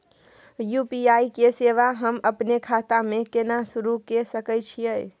UPI के सेवा हम अपने खाता म केना सुरू के सके छियै?